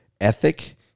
ethic